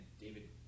David